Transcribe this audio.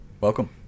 Welcome